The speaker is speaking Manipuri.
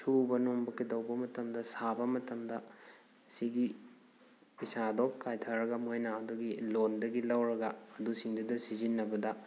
ꯁꯨꯕ ꯅꯣꯝꯕ ꯀꯩꯗꯧꯕ ꯃꯇꯝꯗ ꯁꯥꯕ ꯃꯇꯝꯗ ꯁꯤꯒꯤ ꯄꯩꯁꯥꯗꯣ ꯀꯥꯏꯊꯔꯒ ꯃꯣꯏꯅ ꯑꯗꯨꯒꯤ ꯂꯣꯟꯗꯒꯤ ꯂꯧꯔꯒ ꯑꯗꯨꯁꯤꯡꯗꯨꯗ ꯁꯤꯖꯤꯟꯅꯕꯗ